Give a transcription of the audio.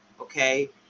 okay